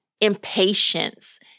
impatience